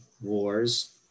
wars